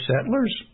settlers